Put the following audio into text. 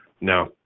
no